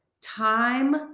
time